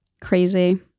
Crazy